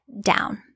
down